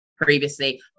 previously